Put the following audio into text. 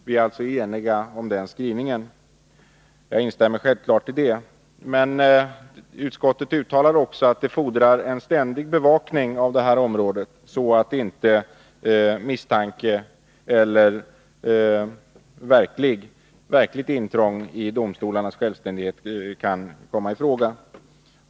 Vi är alltså eniga om den skrivningen, och jag instämmer självklart i den, men utskottet uttalar också att det fordrar en ständig bevakning av det här området, så att inte misstanke om eller ett verkligt intrång i domstolarnas självständighet kan komma i fråga.